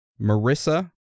Marissa